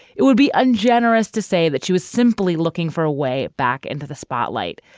it would be ungenerous to say that she was simply looking for a way back into the spotlight.